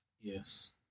Yes